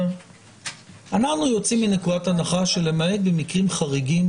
אנחנו יוצאים מנקודת הנחה שלמעט במקרים חריגים